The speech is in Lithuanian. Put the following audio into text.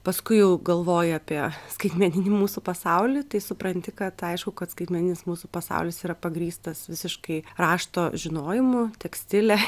paskui jau galvoji apie skaitmeninį mūsų pasaulį tai supranti kad aišku kad skaitmeninis mūsų pasaulis yra pagrįstas visiškai rašto žinojimu tekstile